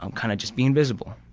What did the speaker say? um kind of just be invisible.